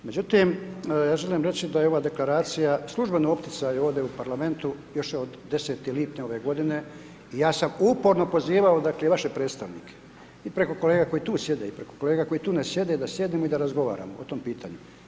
Međutim, ja želim reći da je ova deklaracija službeno opticaj ovdje u parlamentu, još od 10. lipnja ove g. i ja sam uporno pozivao i vaše predstavnike i preko kolega koji tu sjede i preko kolega koji tu ne sjede da sjednemo i razgovaramo o tom pitanju.